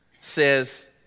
says